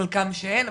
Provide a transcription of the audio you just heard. חלקם שאין,